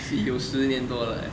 see 有十年多了 eh